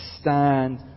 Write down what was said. stand